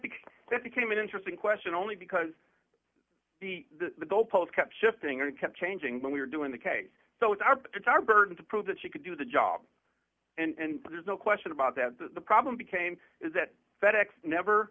because that became an interesting question only because the goalpost kept shifting and kept changing when we were doing the case so it's our it's our burden to prove that she could do the job and there's no question about that the problem became is that fed ex never